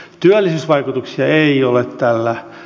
työllisyysvaikutuksia ei ole tällä